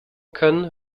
können